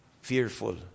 fearful